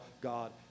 God